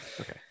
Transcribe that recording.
okay